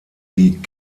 die